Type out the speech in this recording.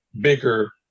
bigger